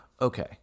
Okay